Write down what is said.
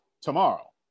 tomorrow